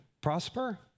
prosper